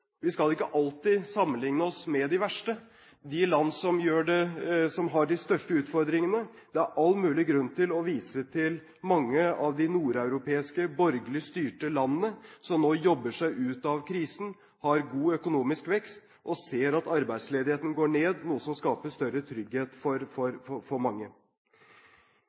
vi skal ikke alltid sammenligne oss med de verste, de land som har de største utfordringene. Det er all mulig grunn til å vise til mange av de nordeuropeiske borgerlig styrte landene som nå jobber seg ut av krisen, har god økonomisk vekst og ser at arbeidsledigheten går ned, noe som skaper større trygghet for